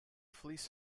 fleece